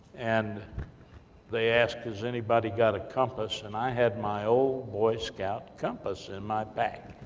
and they asked does anybody got a compass, and i had my old boy scout compass in my pack,